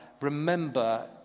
remember